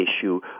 issue